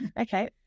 Okay